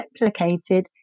replicated